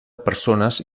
persones